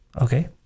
Okay